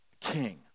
King